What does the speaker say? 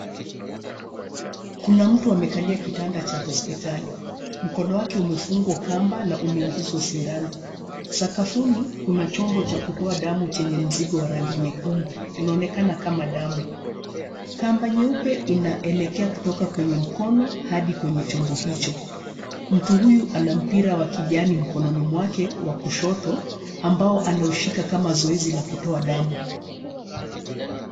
Kuna mtu amekalia kitanda cha hospitali. Mkono wake umefungwa kamba na umeingizwa sindano. Sakafuni kuna chombo cha kutoa damu chenye mzigo wa rangi nyekundu, unaonekana kama damu. Kamba nyeupe inaelekea kutoka kwenye mkono hadi kwenye chombo hicho. Mtu huyu ana mpira wa kijani mkononi mwake wa kushoto, ambao anaushika kama zoezi la kutoa damu.